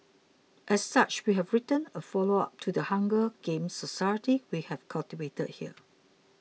as such we've written a follow up to the Hunger Games society we have cultivated here